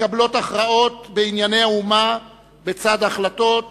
מתקבלות הכרעות בענייני האומה בצד החלטות